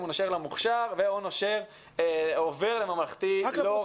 אם הוא נושר למוכשר או עובר לממלכתי לא דתי.